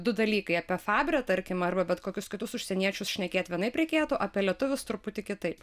du dalykai apie fabrio tarkim arba bet kokius kitus užsieniečius šnekėt vienaip reikėtų apie lietuvius truputį kitaip